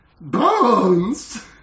bones